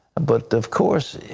but, of course,